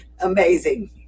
amazing